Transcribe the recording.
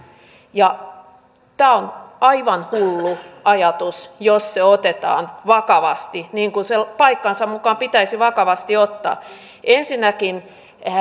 tämä on aivan hullu ajatus jos se otetaan vakavasti niin kuin se paikkansa mukaan pitäisi vakavasti ottaa ensinnäkin